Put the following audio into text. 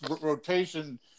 rotation